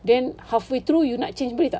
then halfway through you nak change boleh tak